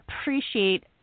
appreciate